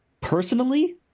Personally